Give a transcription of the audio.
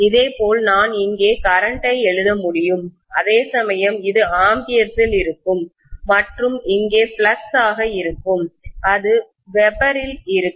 இதேபோல் நான் இங்கே கரண்ட்டை எழுத முடியும் அதேசமயம் இது ஆம்பியர்ஸ் ல் இருக்கும் மற்றும் இங்கே ஃப்ளக்ஸ் ஆக இருக்கும் அது Wb இல் இருக்கும்